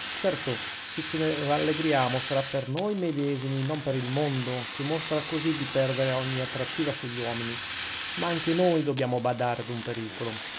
certo se ce ne rallegriamo sarà per noi medesimi non per il mondo che mostra così di perdere ogni attrattiva sugli uomini ma anche noi dobbiamo badare ad un pericolo